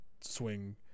swing